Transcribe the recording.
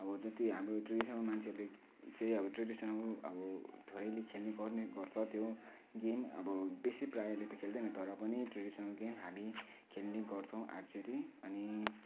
अब जत्ति हाम्रो ट्रेडिसनल मान्छेहरूले चाहिँ अब ट्रेडिसनल अब थोरैले खेल्ने गर्ने गर्छ त्यो गेम अब बेसी प्रायले त खेल्दैन तर पनि ट्रेडिसनल गेम हामी खेल्ने गर्छौँ आर्चेरी अनि